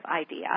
idea